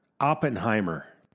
Oppenheimer